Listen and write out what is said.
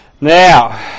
Now